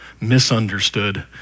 misunderstood